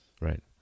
Right